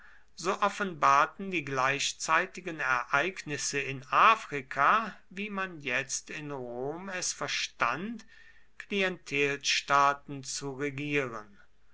so offenbarten die gleichzeitigen ereignisse in afrika wie man jetzt in rom es verstand klientelstaaten zu regieren